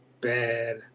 bad